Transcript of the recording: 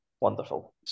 wonderful